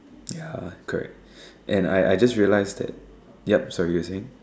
ya correct and I I just realised that yup sorry you were saying